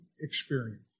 experience